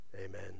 Amen